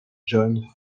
john